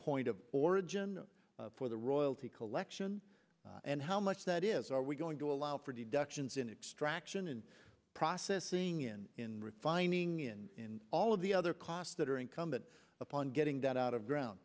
point of origin for the royalty collection and how much that is are we going to allow for deductions in extraction and processing in in refining in all of the other costs that are incumbent upon getting that out of ground